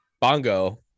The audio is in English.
bongo